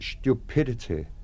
stupidity